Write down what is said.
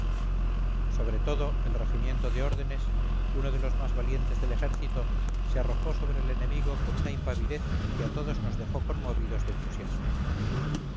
sobre todo el regimiento de órdenes uno de los más valientes del ejército se arrojó sobre el enemigo con una impavidez que a todos nos dejó conmovidos de entusiasmo